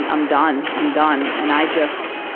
and i'm done, i'm done. and i just.